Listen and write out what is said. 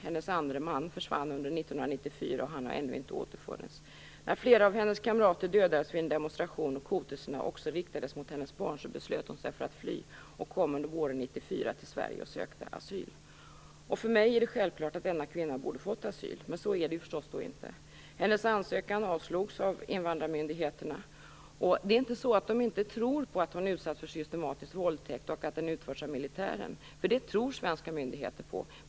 Hennes andre man försvann under 1994, och han har ännu inte återfunnits. När flera av hennes kamrater dödades vid en demonstration och hotelserna också riktades mot hennes barn beslöt hon sig för att fly och kom under våren 1994 till Sverige och sökte asyl. För mig är det självklart att denna kvinna borde ha fått asyl, men så är det förstås inte. Hennes ansökan avslogs av invandrarmyndigheterna. Det är inte så att de inte tror på att hon utsatts för systematisk våldtäkt och att den utförts av militären - det tror svenska myndigheter på.